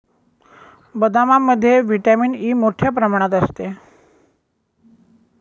बदामामध्ये vitamin E मोठ्ठ्या प्रमाणात असते